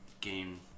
game